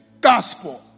gospel